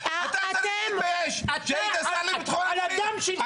אתה הצתת את האש כשהיית השר לביטחון פנים.